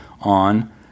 on